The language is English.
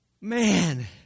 Man